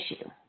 issue